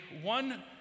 one